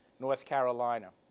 north carolina,